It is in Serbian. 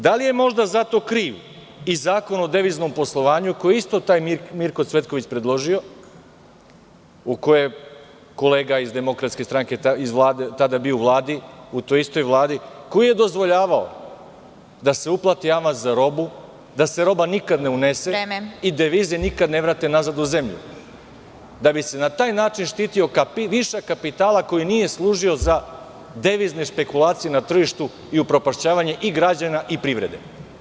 Da li je možda za to kriv i Zakon o deviznom poslovanju, koji je isto taj Mirko Cvetković predložio, u kojem kolega iz DS, tada bio u toj istoj Vladi, koji je dozvoljavao da se uplati avans za robu, da se roba nikad ne unese i devize nikada ne vrate nazad u zemlju, da bi se na taj način štitio višak kapitala koji nije služio za devizne špekulacije na tržištu i upropašćavanje i građana i privrede.